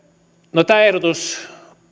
no tämä ehdotus